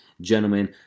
gentlemen